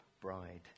bride